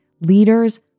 Leaders